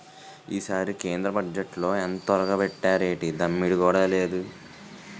ఈసారి కేంద్ర బజ్జెట్లో ఎంతొరగబెట్టేరేటి దమ్మిడీ కూడా లేదు